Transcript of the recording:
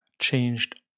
changed